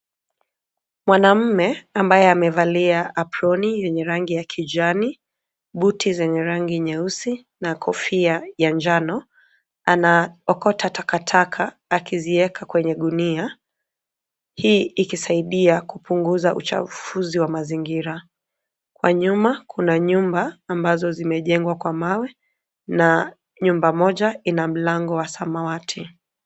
Mwanamume ambaye amevalia aproni yenye rangi ya kijani buti zenye rangi nyeusi, na kofia ya njano, anaokota takataka akizieka kwenye gunia. Hii ikisaidia kupunguza uchafuzi wa mazingira. Kwa nyuma kuna nyumba ambazo zimejengwa kwa mawe na nyumba moja ina mlango wa samawati.